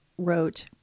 wrote